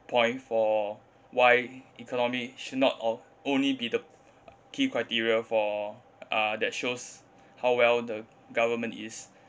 point for why economy should not oh~ only be the key criteria for uh that shows how well the government is